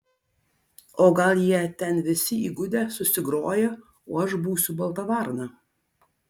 o gal jie ten visi įgudę susigroję o aš būsiu balta varna